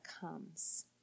comes